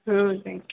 ಹ್ಞೂ thank you